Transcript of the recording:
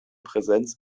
präsenz